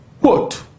quote